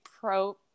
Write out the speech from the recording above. pro